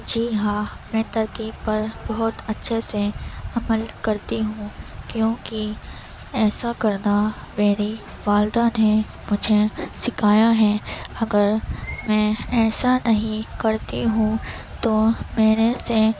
جی ہاں میں ترکیب پر بہت اچھے سے عمل کرتی ہوں کیوں کہ ایسا کرنا میری والدہ نے مجھے سکھایا ہے اگر میں ایسا نہیں کرتی ہوں تو میرے سے